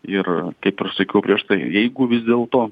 ir kaip ir sakiau prieš tai jeigu vis dėlto